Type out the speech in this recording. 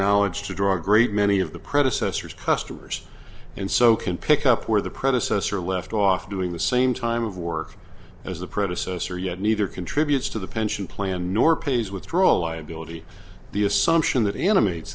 knowledge to draw a great many of the predecessors customers and so can pick up where the predecessor left off doing the same time of work as the predecessor yet neither contributes to the pension plan nor pays withdrawal liability the assumption that